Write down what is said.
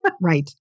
Right